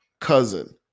cousin